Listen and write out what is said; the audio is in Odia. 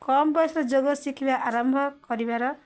କମ୍ ପଇସା ଯୋଗ ଶିଖିବା ଆରମ୍ଭ କରିବାର